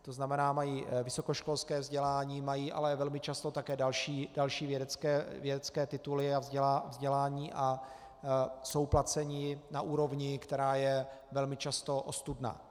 To znamená, mají vysokoškolské vzdělání, mají ale velmi často také další vědecké tituly a vzdělání a jsou placeni na úrovni, která je velmi často ostudná.